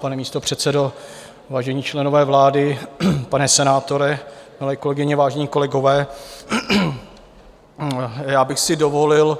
Pane místopředsedo, vážení členové vlády, pane senátore, milé kolegyně, vážení kolegové, já bych si dovolil